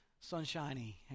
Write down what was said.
sunshiny